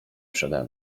przede